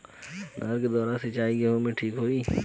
नहर के द्वारा सिंचाई गेहूँ के ठीक होखि?